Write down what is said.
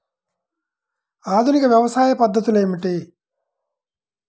ఆధునిక వ్యవసాయ పద్ధతులు ఏమిటి?